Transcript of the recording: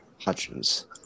Hutchins